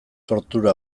tortura